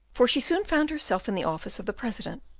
for she soon found herself in the office of the president,